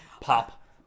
Pop